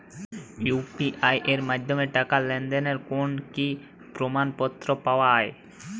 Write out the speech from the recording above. UPI এর মাধ্যমে টাকা লেনদেনের কোন কি প্রমাণপত্র পাওয়া য়ায়?